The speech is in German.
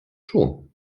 schon